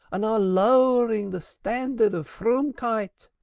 and are lowering the standard of froomkeit.